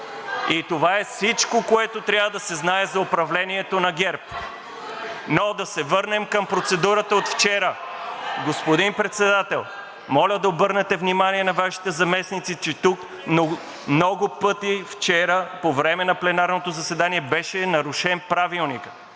И това е всичко, което трябва да се знае за управлението на ГЕРБ. (Шум и реплики от ГЕРБ-СДС.) Но да се върнем към процедурата от вчера. Господин Председател, моля да обърнете внимание на Вашите заместници, че тук много пъти вчера по време на пленарното заседание беше нарушен Правилникът